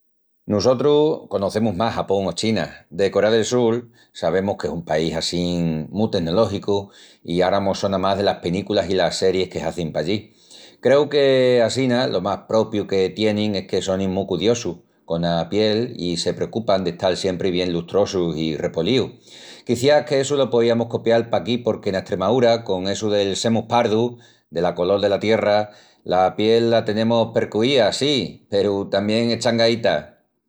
Nusotrus conocemus más Japón o China. De Corea del Sul sabemus que es un país assín mu tenológicu i ara mos sona más delas penículas i las seris que hazin pallí. Creu que assina lo más propiu que tienin es que sonin mu cudiosus cona piel i se precupan d'estal siempri bien lustrosus i repolíus. Quiciás que essu lo poiamus copial paquí porque ena Estremaúra con essu del semus pardus, dela colol dela tierra, la piel la tenemus percuía, sí, peru tamién eschangaíta.